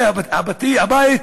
הבית